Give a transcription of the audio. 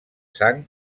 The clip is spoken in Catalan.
sang